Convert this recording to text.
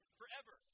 forever